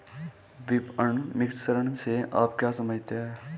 विपणन मिश्रण से आप क्या समझते हैं?